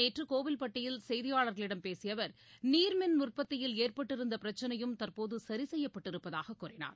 நேற்று கோவில்பட்டியில் செய்தியாளர்களிடம் பேசிய அவர் நீர்மின் உற்பத்தியில் ஏற்பட்டிருந்த பிரச்னையும் தற்போது சரிசெய்யப்பட்டிருப்பதாகவும் கூறினார்